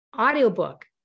audiobook